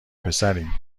پسریم